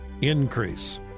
increase